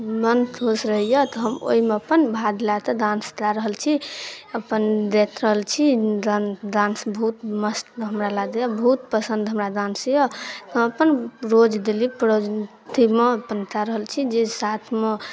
मन खुश रहै यऽ तऽ हम ओइमे अपन भाग लए कऽ डान्स कए रहल छी अपन देख रहल छी डान्स बहुत मस्त हमरा लागैय बहुत पसन्द हमरा डान्स यऽ हम अपन रोज डेली अथीमे अपन कए रहल छी जे साथमे